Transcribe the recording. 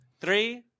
Three